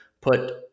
put